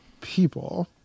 people